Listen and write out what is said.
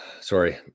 sorry